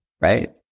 right